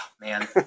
man